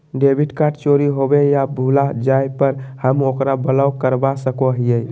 debit card चोरी होवे या भुला जाय पर हम ओकरा ब्लॉक करवा सको हियै